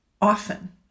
often